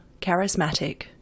charismatic